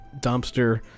dumpster